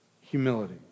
humility